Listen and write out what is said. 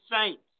saints